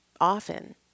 often